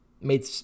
made